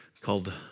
called